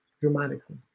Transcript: dramatically